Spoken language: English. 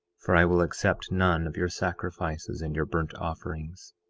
for i will accept none of your sacrifices and your burnt offerings.